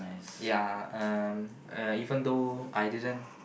ya um uh even though I didn't